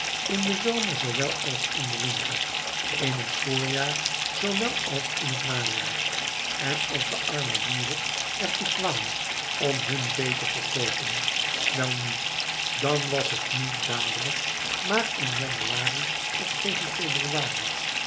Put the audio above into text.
in den zomer zoowel als in den winter in het voorjaar zoowel als in het najaar en als de arme boeren er toe kwamen om hun vee te verkoopen welnu dan was het niet dadelijk maar in januari of tegen februari